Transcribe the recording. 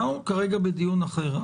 אנחנו כרגע בדיון אחר.